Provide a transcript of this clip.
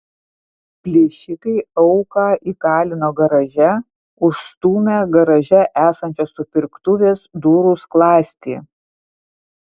plėšikai auką įkalino garaže užstūmę garaže esančios supirktuvės durų skląstį